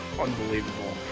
unbelievable